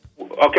Okay